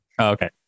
Okay